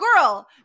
girl